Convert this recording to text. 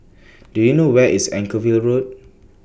Do YOU know Where IS Anchorvale Road